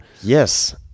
yes